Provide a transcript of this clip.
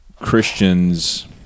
Christians